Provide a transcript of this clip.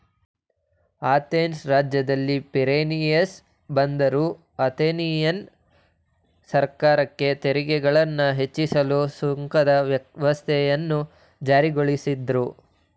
Athens ರಾಜ್ಯದಲ್ಲಿ Piraeus ಬಂದರು Athenian ಸರ್ಕಾರಕ್ಕೆ ತೆರಿಗೆಗಳನ್ನ ಹೆಚ್ಚಿಸಲು ಸುಂಕದ ವ್ಯವಸ್ಥೆಯನ್ನ ಜಾರಿಗೊಳಿಸಿದ್ರು